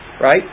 right